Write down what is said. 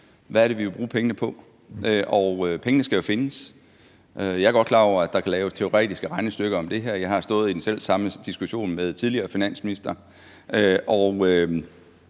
Hvad er det, vi vil bruge pengene på? Pengene skal jo findes, og jeg er godt klar over, at der kan laves teoretiske regnestykker om det her. Jeg har stået i den selv samme diskussion med tidligere finansministre;